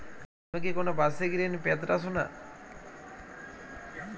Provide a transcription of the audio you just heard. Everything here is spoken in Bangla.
আমি কি কোন বাষিক ঋন পেতরাশুনা?